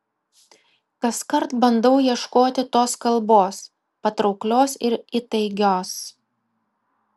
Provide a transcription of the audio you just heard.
kaskart bandau ieškoti tos kalbos patrauklios ir įtaigios